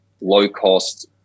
low-cost